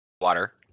water